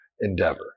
endeavor